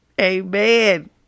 Amen